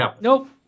Nope